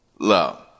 Love